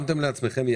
שמתם לעצמכם.